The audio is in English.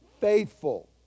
faithful